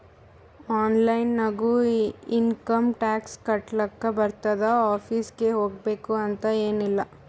online ನಾಗು income tax ಕಟ್ಲಾಕ್ ಬರ್ತುದ್ ಆಫೀಸ್ಗ ಹೋಗ್ಬೇಕ್ ಅಂತ್ ಎನ್ ಇಲ್ಲ